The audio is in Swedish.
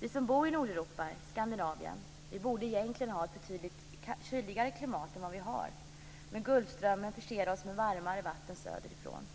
Vi som bor i Nordeuropa, i Skandinavien, borde egentligen ha ett betydligt kyligare klimat än vad vi har, men Golfströmmen förser oss med varmare vatten söderifrån.